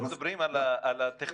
אנחנו מדברים על טכנולוגיה,